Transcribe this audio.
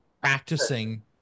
practicing